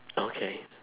okay